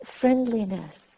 friendliness